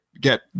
get